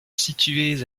situées